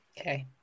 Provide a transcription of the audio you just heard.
Okay